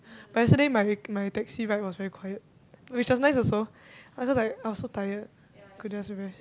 but yesterday my my taxi ride was very quiet which was nice also I was just like I was so tired could just rest